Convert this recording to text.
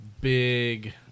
big